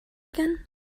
again